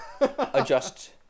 adjust